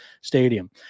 stadium